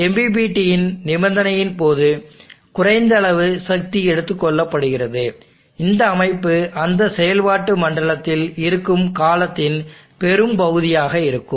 எனவே MPPT இன் நிபந்தனையின் போது குறைந்த அளவு சத்தி எடுத்துக்கொள்ளப்படுகிறது இந்த அமைப்பு அந்த செயல்பாட்டு மண்டலத்தில் இருக்கும் காலத்தின் பெரும்பகுதியாக இருக்கும்